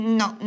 no